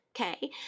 Okay